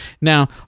Now